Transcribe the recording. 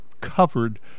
covered